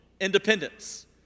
independence